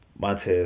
Montez